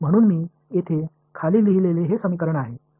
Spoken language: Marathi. म्हणून मी येथे खाली लिहिलेले हे समीकरण आहे